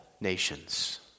nations